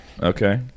Okay